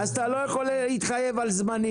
אז אתה לא יכול להתחייב על זמנים,